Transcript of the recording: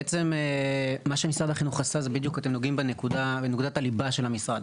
בעצם מה שמשרד החינוך עשה אתם בדיוק נוגעים בנקודת הליבה של המשרד.